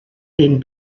den